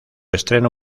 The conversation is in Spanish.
estreno